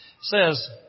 says